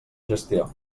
gestió